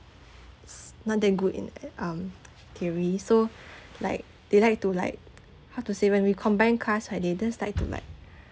s~ not that good in uh um theory so like they like to like how to say when we combine class right they just try to like